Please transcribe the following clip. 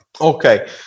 okay